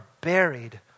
buried